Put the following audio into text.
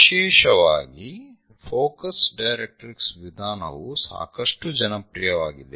ವಿಶೇಷವಾಗಿ focus directrix ವಿಧಾನವು ಸಾಕಷ್ಟು ಜನಪ್ರಿಯವಾಗಿದೆ